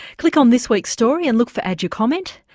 click on this week's story and look for add your comment.